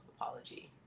apology